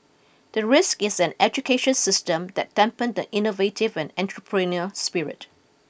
the risk is an education system that dampen the innovative and entrepreneurial spirit